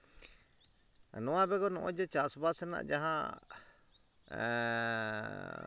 ᱱᱚᱣᱟ ᱵᱮᱜᱚᱨ ᱱᱚᱜᱼᱚᱭ ᱡᱮ ᱪᱟᱥᱵᱟᱥ ᱨᱮᱱᱟᱜ ᱡᱟᱦᱟᱸ